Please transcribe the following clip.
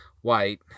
white